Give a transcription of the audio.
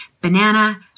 banana